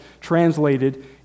translated